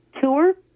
Tour